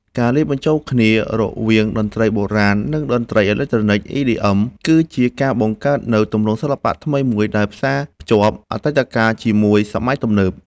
ការលាយបញ្ចូលគ្នារវាងឧបករណ៍តន្ត្រីបុរាណ និងតន្ត្រីអេឡិចត្រូនិក EDM គឺជាការបង្កើតនូវទម្រង់សិល្បៈថ្មីមួយដែលផ្សារភ្ជាប់អតីតកាលជាមួយសម័យទំនើប។